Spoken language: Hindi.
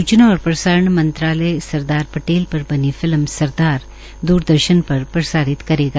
सूचना और प्रसारण मंत्रालय सरदार पटेल पर बनी फिल्म सरदार द्रदर्शन पर प्रसारित करेगा